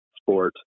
sport